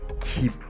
keep